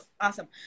Awesome